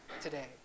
today